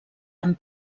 amb